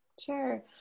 Sure